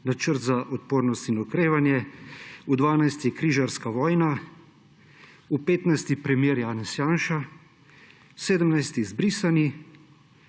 Načrt za odpornost in okrevanje, v 12. križarska vojna, v 15. preimer Janez Janša, v 17. izbrisani,